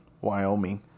Wyoming